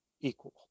equal